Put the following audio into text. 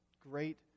great